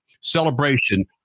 celebration